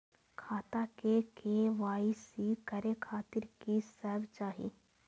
खाता के के.वाई.सी करे खातिर की सब चाही?